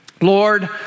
Lord